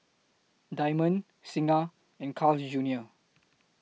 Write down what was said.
Diamond Singha and Carl's Junior